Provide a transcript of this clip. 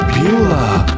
Beulah